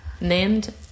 named